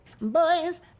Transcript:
boys